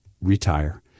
retire